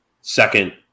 second